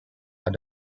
are